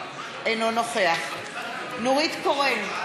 אינו נוכח נורית קורן,